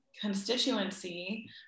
constituency